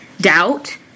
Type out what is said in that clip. doubt